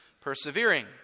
persevering